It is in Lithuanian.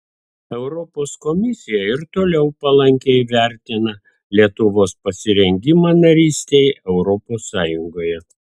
europos komisija ir toliau palankiai vertina lietuvos pasirengimą narystei europos sąjungoje